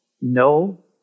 no